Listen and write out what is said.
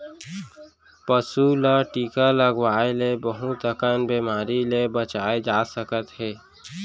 पसू ल टीका लगवाए ले बहुत अकन बेमारी ले बचाए जा सकत हे